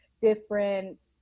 different